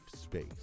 space